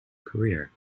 career